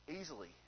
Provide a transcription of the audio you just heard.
easily